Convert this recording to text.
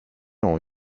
ont